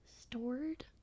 Stored